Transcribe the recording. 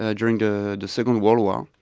ah during and the second world war,